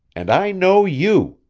and i know you!